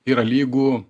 yra lygu